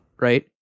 Right